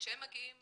וכשהם מגיעים